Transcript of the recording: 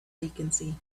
vacancy